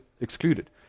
excluded